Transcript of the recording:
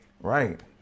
Right